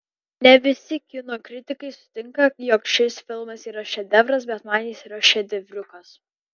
ne visi kino kritikai sutinka jog šis filmas yra šedevras bet man jis yra šedevriukas